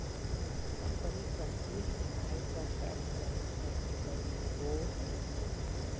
company पहले ही आय पर टैक्स जमा कर चुकय होबो हइ